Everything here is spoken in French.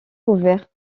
couverte